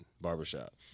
Barbershop